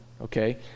okay